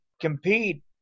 compete